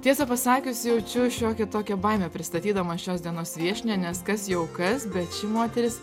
tiesą pasakius jaučiu šiokią tokią baimę pristatydama šios dienos viešnią nes kas jau kas bet ši moteris